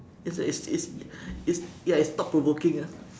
it's it's it's it's ya it's thought provoking ah